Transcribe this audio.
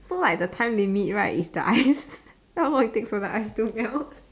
so like the time limit right is like the ice how long it takes for the ice to melt